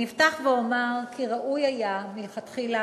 אני אפתח ואומר כי ראוי היה מלכתחילה